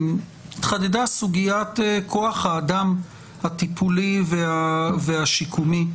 התחדדה סוגיית כוח האדם הטיפולי והשיקומי.